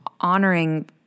honoring